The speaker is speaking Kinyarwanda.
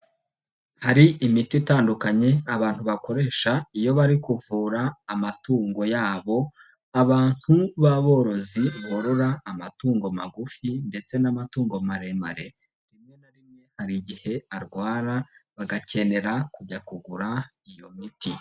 Hari imiti itandukanye abantu bakoresha iyo bari kuvura amatungo yabo, abantu b'aborozi borora amatungo magufi ndetse n'amatungo maremare rimwe na rimwe hari igihe arwara bagakenera kujya kugura iyo miti.